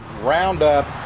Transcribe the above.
Roundup